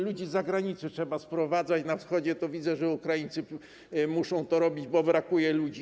Ludzi z zagranicy trzeba sprowadzać, ze wschodu, widzę, że Ukraińcy muszą to robić, bo brakuje ludzi.